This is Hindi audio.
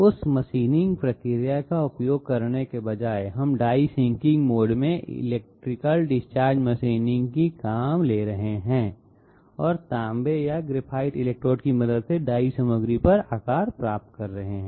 उस मशीनिंग प्रक्रिया का उपयोग करने के बजाय हम डाई सिंकिंग मोड में इलेक्ट्रिकल डिस्चार्ज मशीनिंग को काम में ले रहे हैं और तांबे या ग्रेफाइट इलेक्ट्रोड की मदद से डाई सामग्री पर आकार प्राप्त कर रहे हैं